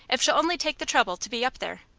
if she'll only take the trouble to be up there?